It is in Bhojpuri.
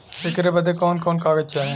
ऐकर बदे कवन कवन कागज चाही?